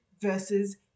versus